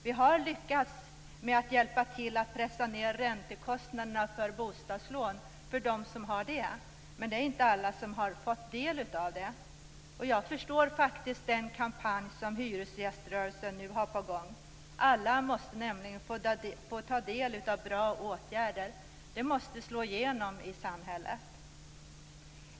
Vi har lyckats med att hjälpa till att pressa ned räntekostnaderna för bostadslån för dem som har det. Men det är inte alla som har fått del av det. Jag förstår den kampanj som hyresgäströrelsen nu har på gång. Alla måste nämligen få ta del av bra åtgärder. Det måste slå igenom i samhället.